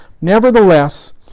Nevertheless